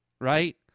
Right